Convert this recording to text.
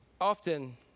Often